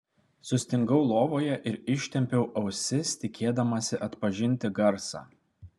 sustingau lovoje ir ištempiau ausis tikėdamasi atpažinti garsą